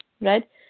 right